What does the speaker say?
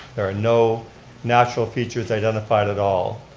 there are no natural features identified at all.